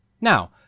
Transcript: Now